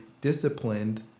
disciplined